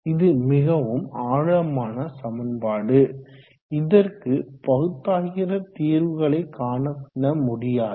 இது மிகவும் ஆழமான சமன்பாடு இதற்கு பகுத்தாய்கிற தீர்வுகளை காண முடியாது